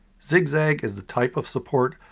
zigzag is the type of support.